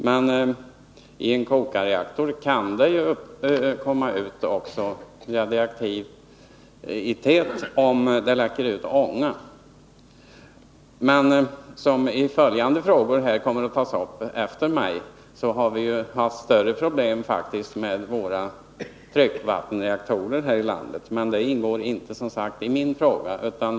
Men i en kokarreaktor kan det ju också komma ut radioaktivitet om det läcker ut ånga. I de två följande frågorna kommer det att tas upp att vi faktiskt har haft större problem med våra tryckvattenreaktorer här i landet, men det ingår inte i min fråga.